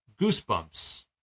Goosebumps